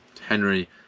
Henry